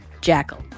Jackal